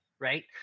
Right